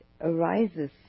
arises